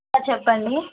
చెప్పండి